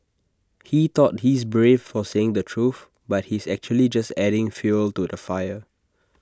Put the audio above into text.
he thought he is brave for saying the truth but he is actually just adding fuel to the fire